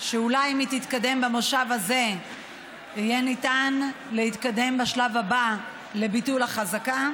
שאולי אם היא תתקדם במושב הזה יהיה ניתן להתקדם בשלב הבא לביטול החזקה,